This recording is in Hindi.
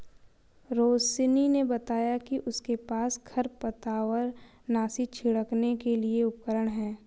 रोशिनी ने बताया कि उसके पास खरपतवारनाशी छिड़कने के लिए उपकरण है